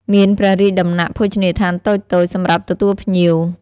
មានព្រះរាជដំណាក់ ភោជនីយដ្ឋានតូចៗ សម្រាប់ទទួលភ្ញៀវ។